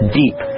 deep